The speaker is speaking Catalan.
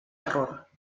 error